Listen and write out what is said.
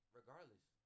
regardless